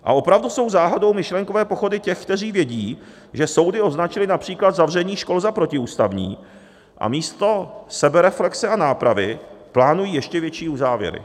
A opravdu jsou záhadou myšlenkové pochody těch, kteří vědí, že soudy označily například zavření škol za protiústavní, a místo sebereflexe a nápravy plánují ještě větší uzávěry.